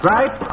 Right